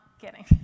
Kidding